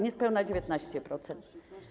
Niespełna 19%.